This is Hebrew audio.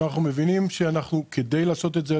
אנחנו מבינים שכדי לעשות את זה,